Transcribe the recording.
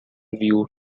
view